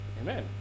Amen